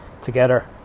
together